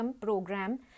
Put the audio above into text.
program